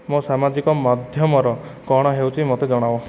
ମୋ ସାମାଜିକ ମଧ୍ୟମର କ'ଣ ହେଉଛି ମୋତେ ଜଣାଅ